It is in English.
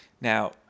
Now